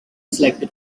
selected